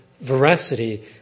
veracity